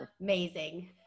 Amazing